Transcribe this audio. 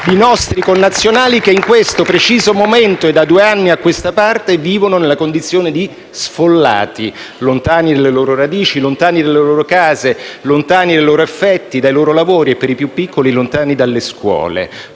di nostri connazionali che in questo preciso momento e da due anni a questa parte vivono nella condizione di sfollati, lontani dalle loro radici, dalle loro case, dai loro affetti, dai loro lavori e, per i più piccoli, lontani dalle scuole.